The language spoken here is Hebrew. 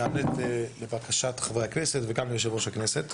שנענית לבקשת חברי הכנסת וגם ליושב ראש הכנסת.